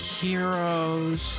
heroes